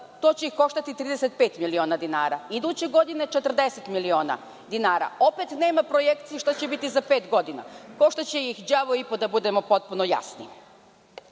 to će koštati 35 miliona dinara, iduće godine 40 miliona dinara. Opet nema projekcije šta će biti za pet godina. Koštaće ih đavo i po, da budemo potpuno jasni.